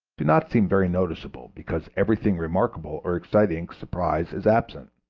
do not seem very noticeable, because everything remarkable or exciting surprise is absent.